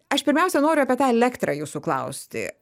aš pirmiausia noriu apie tą elektrą jūsų klausti